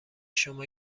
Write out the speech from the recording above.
شما